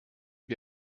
wir